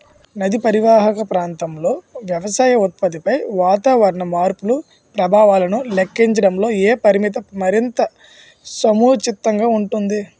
నదీ పరీవాహక ప్రాంతంలో వ్యవసాయ ఉత్పత్తిపై వాతావరణ మార్పుల ప్రభావాలను లెక్కించడంలో ఏ పరామితి మరింత సముచితంగా ఉంటుంది?